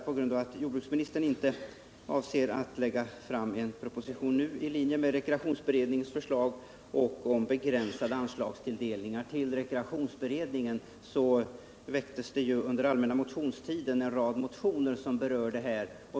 På grund av att jordbruksministern inte avser att nu lägga fram en proposition i linje med rekreationsberedningens förslag och om begränsade anslagstilldelningar till rekreationsberedningen så väcktes det under allmänna motionstiden en rad motioner som berör desa frågor.